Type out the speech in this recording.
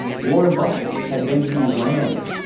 warren buffet had benjamin graham.